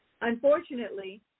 Unfortunately